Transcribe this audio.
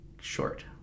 short